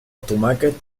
tomàquet